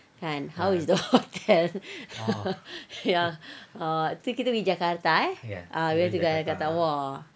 kan how is the hotel ya uh tu kita pergi jakarta kan